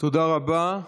תודה רבה.